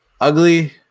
ugly